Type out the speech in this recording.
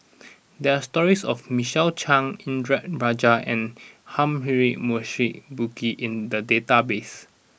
there are stories of Michael Chiang Indranee Rajah and Humphrey Morrison Burkill in the database